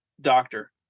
doctor